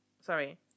sorry